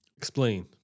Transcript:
Explain